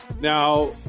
Now